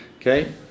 Okay